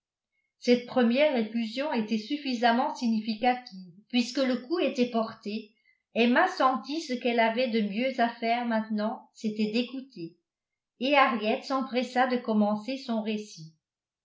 cette première effusion était suffisamment significative puisque le coup était porté emma sentit que ce qu'elle avait de mieux à faire maintenant c'était d'écouter et harriet s'empressa de commencer son récit